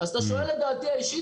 אז אתה שואל את דעתי האישית?